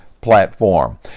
platform